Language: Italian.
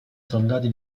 soldati